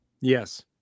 Yes